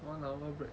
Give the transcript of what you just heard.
one hour break